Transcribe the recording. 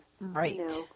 Right